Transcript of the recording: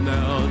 Now